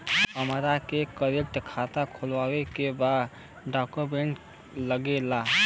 हमारा के करेंट खाता खोले के बा का डॉक्यूमेंट लागेला?